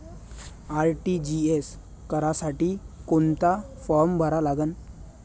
RTGS करासाठी कोंता form भरा लागन?